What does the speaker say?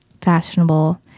fashionable